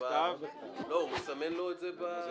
אם הוא מסמן זה בכתב.